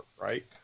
right